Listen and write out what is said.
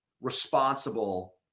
responsible